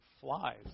flies